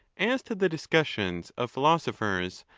as to the discussions of philoso phers,